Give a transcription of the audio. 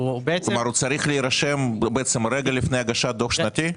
כלומר הוא צריך להירשם רגע לפני הגשת דוח שנתי?